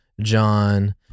John